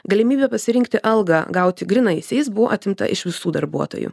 galimybė pasirinkti algą gauti grynaisiais buvo atimta iš visų darbuotojų